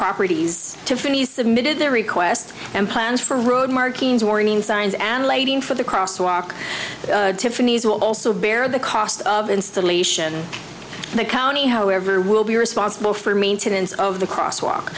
properties tiffany's submitted their request and plans for road markings warning signs and lighting for the crosswalk tiffany's will also bear the cost of installation and the county however will be responsible for maintenance of the crosswalk